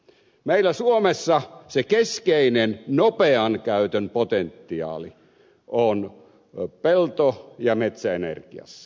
meillä suomessa se keskeinen nopean käytön potentiaali on pelto ja metsäenergiassa